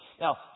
Now